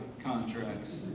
contracts